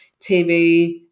TV